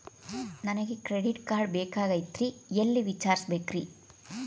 ನನಗೆ credit card ಬೇಕಾಗಿತ್ರಿ ಎಲ್ಲಿ ವಿಚಾರಿಸಬೇಕ್ರಿ?